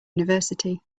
university